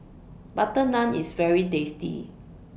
Butter Naan IS very tasty